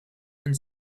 and